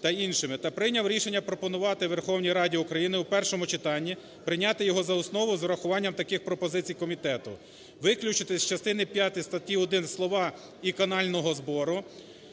та іншими, та прийняв рішення пропонувати Верховній Раді України у першому читанні прийняти його за основу з урахуванням таких пропозицій комітету: виключити з частини п'ятої статті 1 слова "і канального збору";